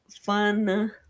fun